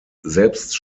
selbst